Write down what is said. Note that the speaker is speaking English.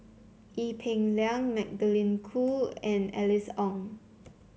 Ee Peng Liang Magdalene Khoo and Alice Ong